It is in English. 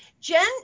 Jen